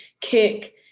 kick